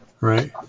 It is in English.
Right